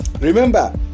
remember